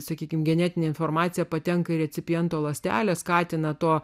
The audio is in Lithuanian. sakykime genetinė informacija patenka į recipiento ląstelę skatina to